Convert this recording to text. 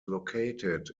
located